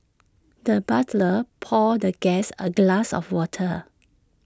the butler poured the guest A glass of water